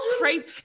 crazy